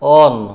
on